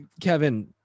Kevin